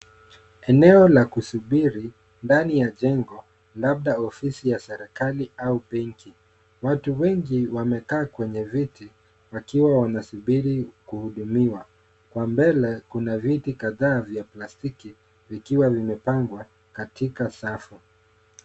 Eneo la kusubiri ndani ya jengo labda ofisi ya serikali au benki. Watu wengi wamekaa kwenye viti wakiwa wanasubiri kuhudumiwa. Kwa mbele kuna viti kadhaa vya plastiki vikiwa vimepangwa katika safu.